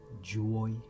joy